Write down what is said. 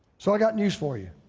so i got news for you.